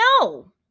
No